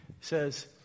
says